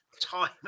time